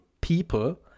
people